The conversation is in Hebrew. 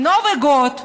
שנובי גוד,